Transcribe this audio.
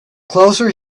closer